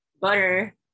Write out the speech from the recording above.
butter